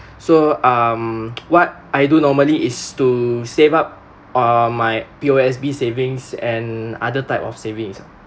so um what I do normally is to save up uh my P_O_S_B savings and other type of savings